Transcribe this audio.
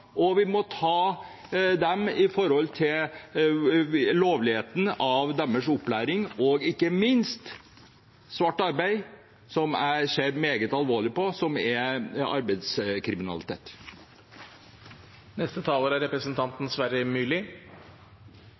Vi må ta dem med tanke på lovligheten av deres opplæring – og ikke minst svart arbeid, som er arbeidskriminalitet, noe som jeg ser meget alvorlig på. Jeg er helt enig med representanten